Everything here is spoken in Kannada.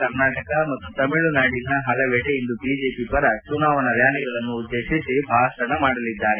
ಕರ್ನಾಟಕ ಮತ್ತು ತಮಿಳುನಾಡಿನ ಹಲವೆಡೆ ಇಂದು ಬಿಜೆಪಿ ಪರ ಚುನಾವಣಾ ರ್ನಾಲಿಗಳನ್ನು ಉದ್ದೇಶಿಸಿ ಭಾಷಣ ಮಾಡಲಿದ್ದಾರೆ